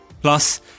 Plus